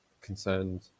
concerned